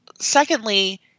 secondly